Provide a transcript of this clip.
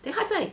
then 她在